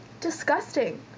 Disgusting